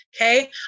Okay